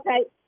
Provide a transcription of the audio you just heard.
Okay